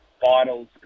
bottles